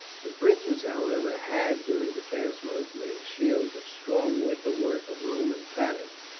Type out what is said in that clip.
the britons, however, had during the past month made shields of strong wicker work of roman pattern,